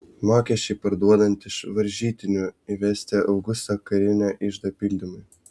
mokesčiai parduodant iš varžytinių įvesti augusto karinio iždo papildymui